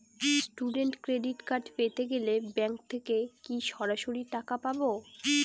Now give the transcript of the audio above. Student credit card পেতে গেলে bank থেকে কি সরাসরি টাকা পাবো?